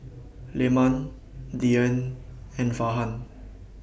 Leman Dian and Farhan